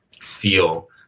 seal